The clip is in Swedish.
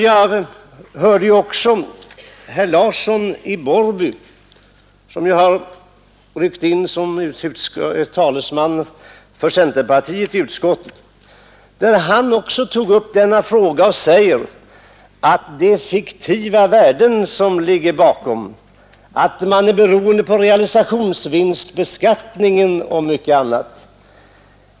Jag hörde också herr Larsson i Borrby — som har ryckt in som talesman för centerpartiet i utskottet — säga att det är fiktiva värden som ligger bakom, att det är beroende av realisationsvinstbeskattningen och mycket annat.